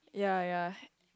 ya ya